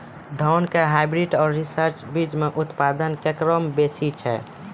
धान के हाईब्रीड और रिसर्च बीज मे उत्पादन केकरो बेसी छै?